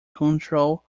control